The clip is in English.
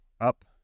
up